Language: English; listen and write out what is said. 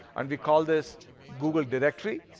and we call this google directory.